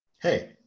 Hey